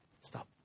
stop